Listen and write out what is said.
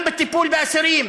גם בטיפול באסירים,